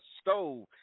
stove